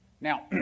Now